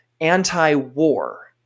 anti-war